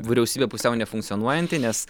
vyriausybė pusiau nefunkcionuojanti nes